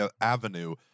avenue